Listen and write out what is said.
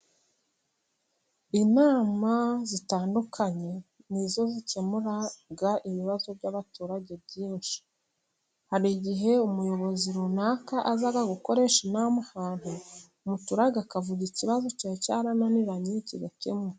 Inama zitandukanye nizo zikemura ibibazo by'abaturage byinshi, hari igihe umuyobozi runaka aza ashaka gukoresha inama ahantu umuturager akavuga ikibazo cye cyarananiranye kigakemuka.